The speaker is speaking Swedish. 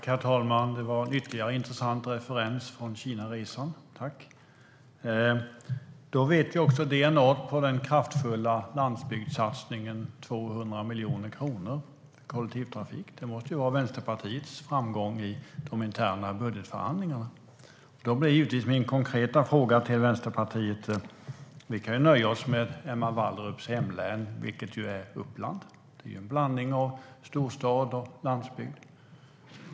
Herr talman! Det var ytterligare en intressant referens från Kinaresan - tack! Då vet vi också vad det är för DNA på den kraftfulla landsbygdssatsningen på 200 miljoner kronor på kollektivtrafik. Det måste ju vara Vänsterpartiets framgång i de interna budgetförhandlingarna. Då har jag givetvis en konkret fråga till Vänsterpartiet. Vi kan nöja oss med Emma Wallrups hemlän, vilket är Uppland. Det är en blandning av storstad och landsbygd.